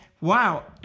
Wow